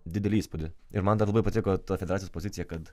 didelį įspūdį ir man dar labai patiko ta federacijos pozicija kad